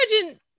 imagine